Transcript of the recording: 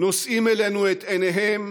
נושאים אלינו את עיניהם